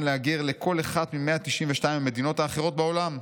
להגר לכל אחת מ-192 המדינות האחרות בעולם.